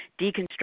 deconstruct